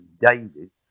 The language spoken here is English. David